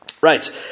Right